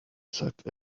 suck